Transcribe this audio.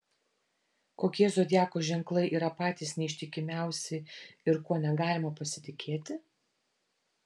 kokie zodiako ženklai yra patys neištikimiausi ir kuo negalima pasitikėti